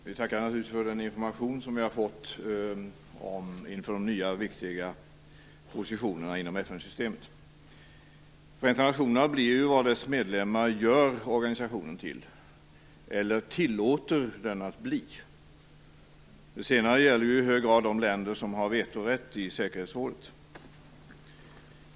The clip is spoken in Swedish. Fru talman! Jag tackar för den information som vi har fått inför den nya viktiga positionen inom FN Förenta nationerna blir ju vad dess medlemmar gör organisationen till eller tillåter den att bli. Det senare gäller i hög grad de länder som har vetorätt i säkerhetsrådet.